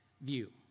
view